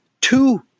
two